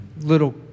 little